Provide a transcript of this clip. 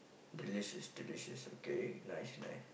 delicious delicious okay nice nice